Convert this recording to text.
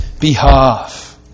behalf